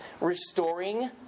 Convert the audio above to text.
restoring